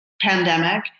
pandemic